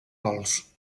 gols